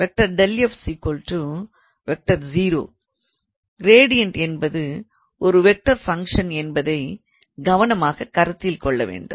gradient என்பது ஒரு vector function என்பதை கவனமாக கருத்தில் கொள்ளவேண்டும்